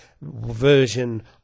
version